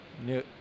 new